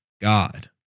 God